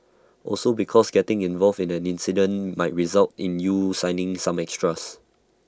also because getting involved in an incident might result in you signing some extras